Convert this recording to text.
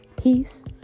Peace